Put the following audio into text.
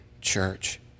church